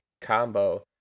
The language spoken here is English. combo